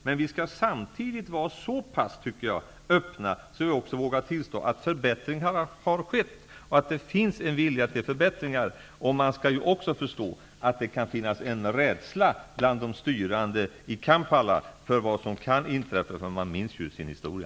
Men vi skall samtidigt vara så pass öppna, tycker jag, att vi vågar tillstå att förbättringar har skett och att det finns en vilja till förbättringar. Man skall också förstå att det kan finnas en rädsla bland de styrande i Kampala för vad som kan inträffa. Man minns ju sin historia.